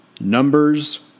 numbers